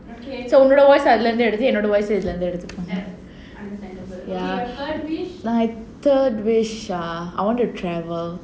so உன்னோட:unnoda voice அதுல இருந்து எடுத்துக்கலாம் என்னோட:athula irunthu eduthukalaam voice இதுல இருந்து எடுத்துக்கலாம்:idhula irunthu eduthukalam ya my third wish ah I want to travel